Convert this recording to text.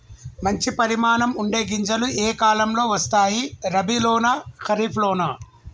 మంచి పరిమాణం ఉండే గింజలు ఏ కాలం లో వస్తాయి? రబీ లోనా? ఖరీఫ్ లోనా?